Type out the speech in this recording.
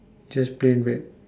just plain red